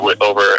over